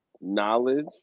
knowledge